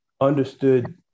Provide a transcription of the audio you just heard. understood